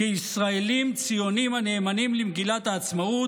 ישראלים ציונים הנאמנים למגילת העצמאות,